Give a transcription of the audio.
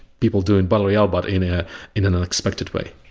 people doing battle royale but in ah in an unexpected way.